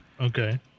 Okay